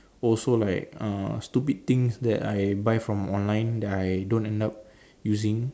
also like uh stupid things that I buy from online that I don't end up using